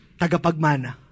Tagapagmana